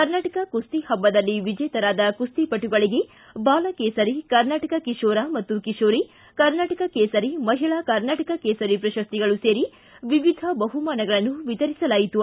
ಕರ್ನಾಟಕ ಕುಸ್ತಿ ಹಬ್ಬದಲ್ಲಿ ವಿಜೇತರಾದ ಕುಸ್ತಿಪಟುಗಳಗೆ ಬಾಲ ಕೇಸರಿ ಕರ್ನಾಟಕ ಕಿಶೋರ ಮತ್ತು ಕಿಶೋರಿ ಕರ್ನಾಟಕ ಕೇಸರಿ ಮಹಿಳಾ ಕರ್ನಾಟಕ ಕೇಸರಿ ಪ್ರಶಸ್ತಿಗಳು ಸೇರಿ ವಿವಿಧ ಬಹುಮಾನಗಳನ್ನು ವಿತರಿಸಲಾಯಿತು